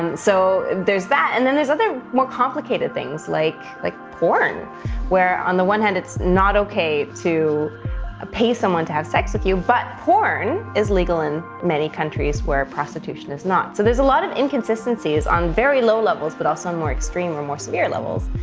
and so there's that. and then there's other more complicated things like, like porn where on the one hand, it's not okay to ah pay someone to have sex with you, but porn is legal in countries where prostitution is not. so there's a lot of inconsistencies on very low levels but also and more extreme or more severe levels.